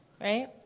Right